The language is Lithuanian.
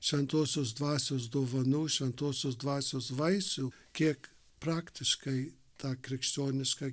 šventosios dvasios dovanų šventosios dvasios vaisių kiek praktiškai tą krikščionišką